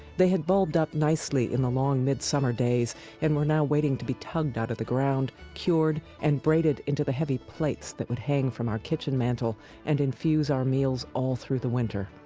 they had bulbed up nicely in the long midsummer days and were now waiting to be tugged out of the ground, cured, and braided into the heavy plaits that would hang from our kitchen mantel and infuse our meals all through the winter.